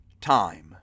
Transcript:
time